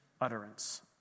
utterance